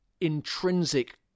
Intrinsic